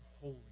holy